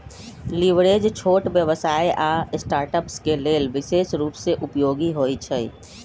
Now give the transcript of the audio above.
leverage छोट व्यवसाय आऽ स्टार्टअप्स के लेल विशेष रूप से उपयोगी होइ छइ